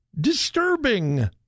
disturbing